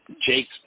Jake's